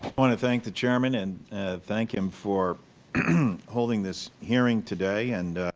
want to thank the chairman and thank him for holding this hearing today. and